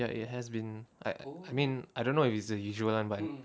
ya it has been I I mean I don't know if it's the usual but